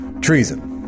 Treason